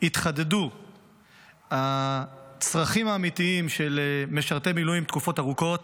התחדדו הצרכים האמיתיים של משרתי מילואים לתקופות ארוכות,